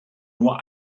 nur